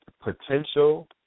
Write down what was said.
potential